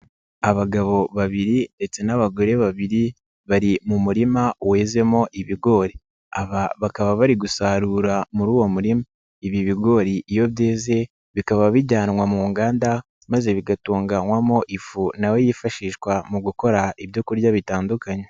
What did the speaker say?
Abagabo babiri ndetse n'abagore babiri bari mu murima wezemo ibigori, aba bakaba bari gusarura muri uwo murima, ibi bigori iyo byeze bikaba bijyanwa mu nganda maze bigatunganywamo ifu na yo yifashishwa mu gukora ibyo kurya bitandukanye.